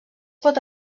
pot